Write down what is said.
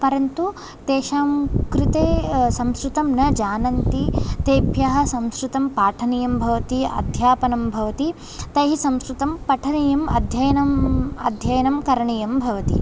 परन्तु तेषां कृते संस्कृतं न जानन्ति तेभ्यः संस्कृतं पाठनीयं भवति अध्यापनं भवति तैः संस्कृतं पठनीयम् अध्ययनम् अध्ययनं करणीयं भवति